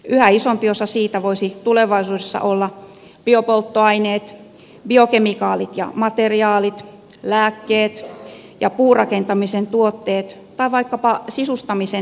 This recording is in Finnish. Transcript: yhä isompi osa siitä voisi tulevaisuudessa olla biopolttoaineet biokemikaalit ja materiaalit lääkkeet ja puurakentamisen tuotteet tai vaikkapa sisustamisen designtuotteet